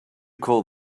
call